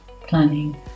planning